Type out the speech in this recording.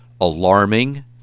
Alarming